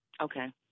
Okay